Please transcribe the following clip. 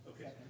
Okay